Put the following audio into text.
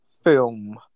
film